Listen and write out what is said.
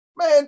man